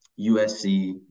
USC